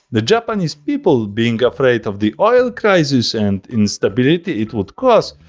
the japanese people being afraid of the oil crisis and instability it would cause,